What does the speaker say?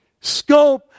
scope